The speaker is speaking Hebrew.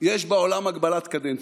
יש בעולם הגבלת קדנציות.